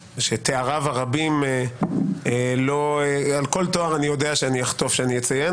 שתאריו הרבים על כל תואר אני יודע שאני אחטוף כשאני אציין,